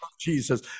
Jesus